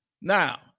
Now